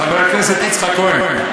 חבר הכנסת יצחק כהן.